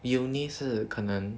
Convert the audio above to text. uni 是可能